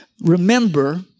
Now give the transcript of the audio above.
Remember